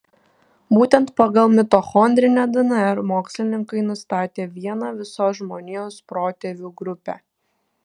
būtent pagal mitochondrinę dnr mokslininkai nustatė vieną visos žmonijos protėvių grupę